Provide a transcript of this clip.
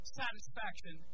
satisfaction